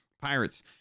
pirates